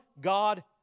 God